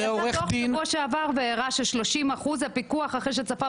נערך דוח בשבוע שעבר שהראה שהפיקוח אחרי שצפה